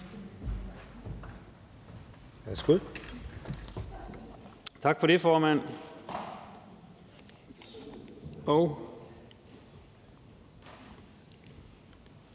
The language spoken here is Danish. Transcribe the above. Tak for det, formand.